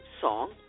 song